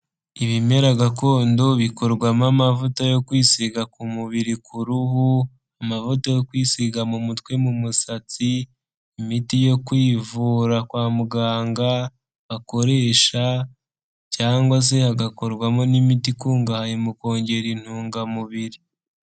Ibimera gakondo bikorwamo amavuta yo kwisiga ku mubiri kuruhu, amavuta yo kwisiga mu mutwe mu musatsi, imiti yo kwivura kwa muganga akoresha cyangwa se agakorwamo n'imiti ikungahaye mu kongera intungamubiri.